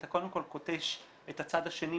אתה קודם כל כותש את הצד השני,